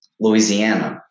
Louisiana